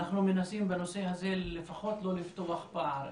אנחנו מנסים בנושא הזה לא לפתוח פער,